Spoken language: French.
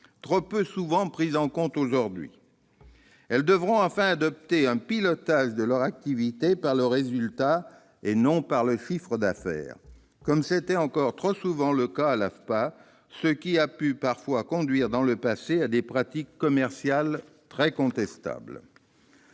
trop rarement prises en compte aujourd'hui. Elles devront enfin adopter un pilotage de leur activité par le résultat et non par le chiffre d'affaires, comme c'était encore trop souvent le cas à l'AFPA, ce qui a pu parfois conduire dans le passé à des pratiques commerciales très contestables.